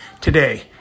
today